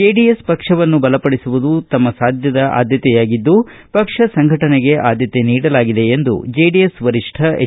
JDS ಪಕ್ಷವನ್ನು ಬಲಪಡಿಸುವುದು ತಮ್ಮಸದ್ಭದ ಆದ್ಭತೆಯಾಗಿದ್ದು ಪಕ್ಷ ಸಂಘಟನೆಗೆ ಆದ್ಭತೆ ನೀಡಲಾಗಿದೆ ಎಂದು ಜೆಡಿಎಸ್ ವರಿಷ್ಟ ಎಚ್